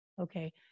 okay